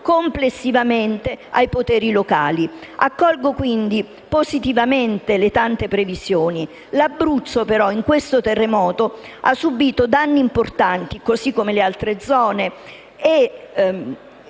complessivamente ai poteri locali. Accolgo, quindi, positivamente le tante previsioni. L'Abruzzo però, in questo terremoto, ha subito danni importanti, così come le altre zone,